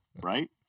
right